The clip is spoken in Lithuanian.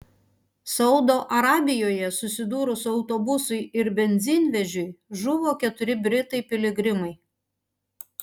saudo arabijoje susidūrus autobusui ir benzinvežiui žuvo keturi britai piligrimai